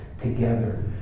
together